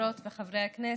חברות וחברי הכנסת,